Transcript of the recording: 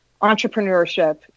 entrepreneurship